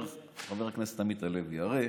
אומר חבר הכנסת עמית הלוי: הרי